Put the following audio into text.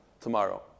tomorrow